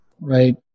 right